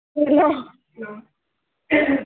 hello